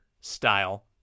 style